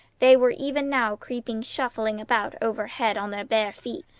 they were even now creeping shufflingly about overhead on their bare feet,